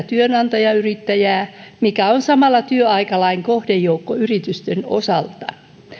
työnantajayrittäjää mikä on samalla työaikalain kohdejoukko yritysten osalta